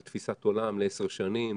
על תפיסת עולם לעשר שנים.